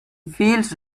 feels